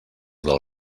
del